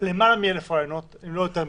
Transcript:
בלמעלה מ-1,000 ראיונות אם לא יותר מזה,